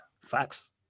Facts